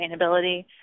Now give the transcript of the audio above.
sustainability